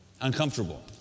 uncomfortable